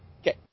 Okay